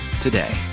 today